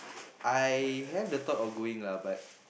I have the thought of going lah but